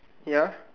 ya